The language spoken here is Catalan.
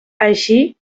així